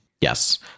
Yes